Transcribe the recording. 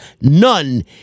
none